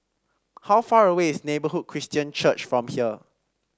how far away is Neighbourhood Christian Church from here